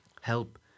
help